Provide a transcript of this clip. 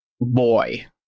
boy